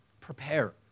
Prepare